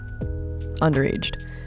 underaged